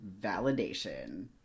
validation